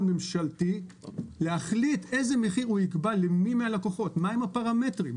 ממשלתי להחליט איזה מחיר הוא יקבע למי מהלקוחות ומה הם הפרמטרים.